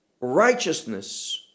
righteousness